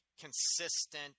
consistent